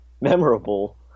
memorable